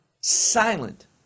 silent